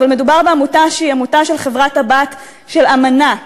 אבל מדובר בעמותה שהיא עמותה של חברת-הבת של "אמנה".